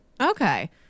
okay